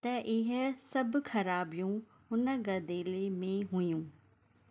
त इहा सभु ख़राबियूं हुन गदिले में हुयूं